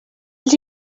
els